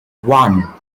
one